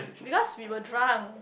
because we were drunk